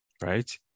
right